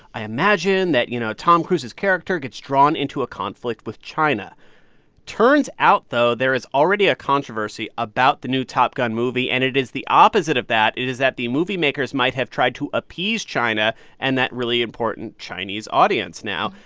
i imagine that, you know, tom cruise's character gets drawn into a conflict with china turns out, though, there is already a controversy about the new top gun movie. and it is the opposite of that. it is that the movie makers might have tried to appease china and that really important chinese audience now.